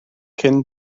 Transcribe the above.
cyn